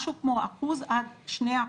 משהו כמו 1% עד 2%,